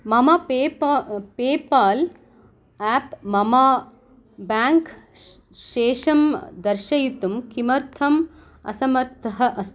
मम PayPal app मम bank शेषं दर्शयितुं किमर्थम् असमर्थः अस्ति